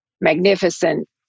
magnificent